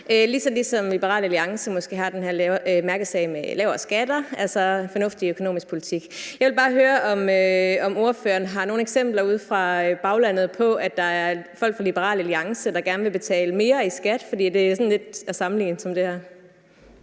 ligesom Liberal Alliance måske har den her mærkesag med lavere skatter, altså fornuftig økonomisk politik. Jeg vil bare høre, om ordføreren har nogen eksempler udefra baglandet på, at der er folk fra Liberal Alliance, der gerne vil betale mere i skat. For det er sådan lidt at sammenligne med det her.